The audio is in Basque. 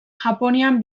japonian